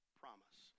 promise